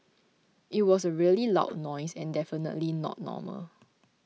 it was a really loud noise and definitely not normal